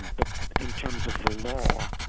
but in terms of the law,